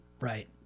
Right